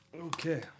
Okay